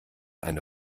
eine